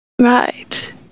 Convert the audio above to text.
Right